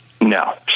No